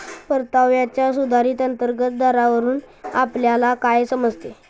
परताव्याच्या सुधारित अंतर्गत दरावरून आपल्याला काय समजते?